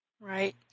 Right